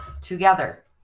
together